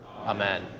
Amen